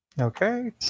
Okay